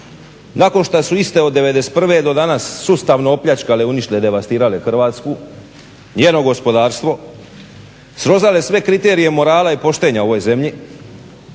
nakon šta su iste od '91. do danas sustavno opljačkale, uništile, devastirale Hrvatsku, njeno gospodarstvo, srozale sve kriterije morala i poštenja u ovoj zemlji,